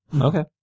Okay